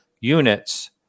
units